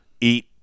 eat